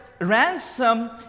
ransom